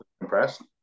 impressed